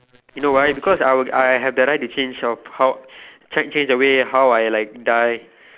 you know why because I will I have the right to change of how change the way how I like die